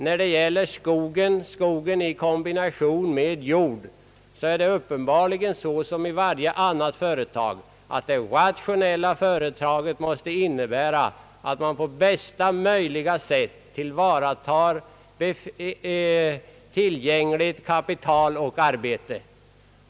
När det gäller skog i kombination med jord är det uppenbarligen på samma sätt som i varje annat företag att ett rationellt företag är det som på bästa möjliga sätt tillvaratar tillgängligt kapital och arbete.